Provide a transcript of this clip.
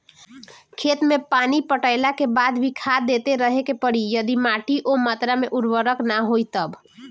खेत मे पानी पटैला के बाद भी खाद देते रहे के पड़ी यदि माटी ओ मात्रा मे उर्वरक ना होई तब?